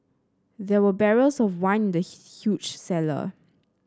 there were barrels of wine in the huge cellar